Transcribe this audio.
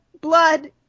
blood